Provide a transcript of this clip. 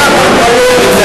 הוא לקח אחריות,